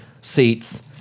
seats